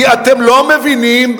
כי אתם לא מבינים,